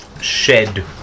shed